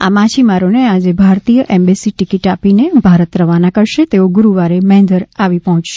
આ માછીમારોને આજે ભારતીય એમ્બસી ટીકીટ આપીને ભારત રવાના કરશે તેઓ ગુરૂવારે મેંધર આવી પહોંચશે